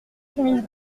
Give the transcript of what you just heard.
chemises